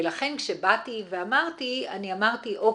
ולכן, כשבאתי ואמרתי, אני אמרתי או.קיי.